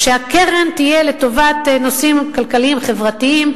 שהקרן תהיה לטובת נושאים כלכליים-חברתיים,